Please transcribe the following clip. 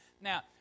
Now